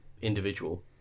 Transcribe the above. individual